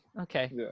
Okay